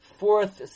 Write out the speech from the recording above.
fourth